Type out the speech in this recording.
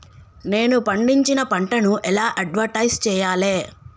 నేను పండించిన పంటను ఎలా అడ్వటైస్ చెయ్యాలే?